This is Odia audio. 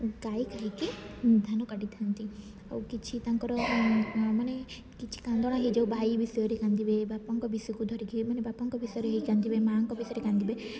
ଗାଈ ଖାଇକି ଧାନ କାଟିଥାନ୍ତି ଆଉ କିଛି ତାଙ୍କର ମାନେ କିଛି କାନ୍ଦଣା ହେଇଯାଉ ଭାଇ ବିଷୟରେ କାନ୍ଦିବେ ବାପାଙ୍କ ବିଷୟକୁ ଧରିକି ମାନେ ବାପାଙ୍କ ବିଷୟରେ ହେଇକି କାନ୍ଦିବେ ମାଁଙ୍କ ବିଷୟରେ କାନ୍ଦିବେ